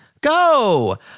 Go